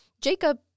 Jacob